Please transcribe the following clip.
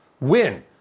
win